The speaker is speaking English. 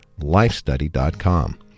lifestudy.com